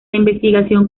investigación